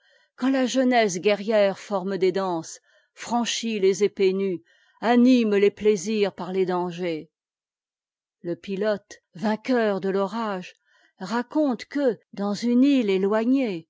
quand ta jeunesse guerrière fortne des danses franchit tes épées nues anime tes plaisirs par tes'dangers le pilote vainqueur'de'l'orage raconte que dans une île étoignée